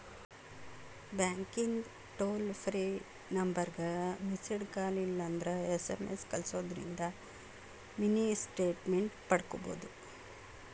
ಬ್ಯಾಂಕಿಂದ್ toll free ನಂಬರ್ಗ missed call ಇಲ್ಲಂದ್ರ ಎಸ್.ಎಂ.ಎಸ್ ಕಲ್ಸುದಿಂದ್ರ ಮಿನಿ ಸ್ಟೇಟ್ಮೆಂಟ್ ಪಡ್ಕೋಬೋದು